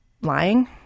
lying